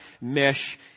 mesh